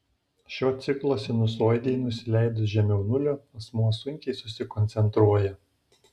šio ciklo sinusoidei nusileidus žemiau nulio asmuo sunkiai susikoncentruoja